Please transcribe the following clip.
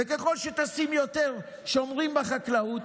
וככל שתשימי יותר שומרים בחקלאות,